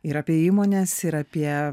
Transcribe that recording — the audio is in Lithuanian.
ir apie įmones ir apie